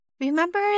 Remember